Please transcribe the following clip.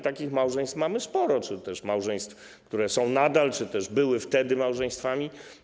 Takich małżeństw mamy sporo, małżeństw, które są nadal czy też były wtedy małżeństwami.